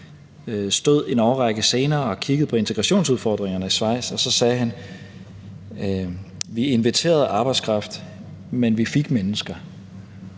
– en årrække senere stod og kiggede på integrationsudfordringerne i Schweiz, og så sagde han: Vi inviterede arbejdskraft, men vi fik mennesker.